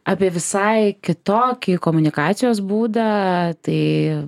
apie visai kitokį komunikacijos būdą tai